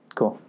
Cool